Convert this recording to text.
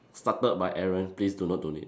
started by Aaron please do not donate